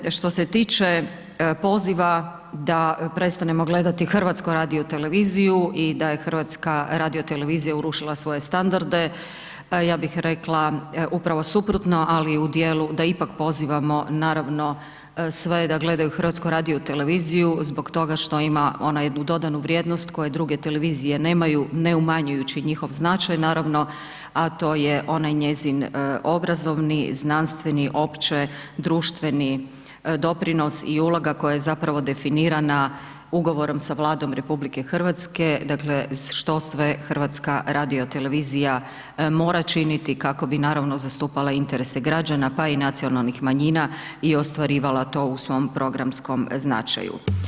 Što se, što se tiče poziva da prestanimo gledati HRT i da je HRT urušila svoje standarde, pa ja bih rekla upravo suprotno, ali u dijelu da ipak pozivamo naravno sve da gledaju HRT zbog toga što ima ona jednu dodanu vrijednost koje druge televizije nemaju, ne umanjujući njihov značaj naravno, a to je onaj njezin obrazovni, znanstveni, opće društveni, doprinos i uloga koja je zapravo definirana ugovorom sa Vladom RH, dakle, što sve HRT mora činiti kako bi naravno zastupala interese građana, pa i nacionalnih manjina i ostvarivala to u svom programskom značaju.